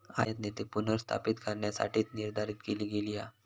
आयातनीती पुनर्स्थापित करण्यासाठीच निर्धारित केली गेली हा